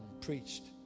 preached